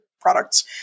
products